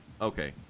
Okay